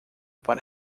para